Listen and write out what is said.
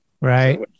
Right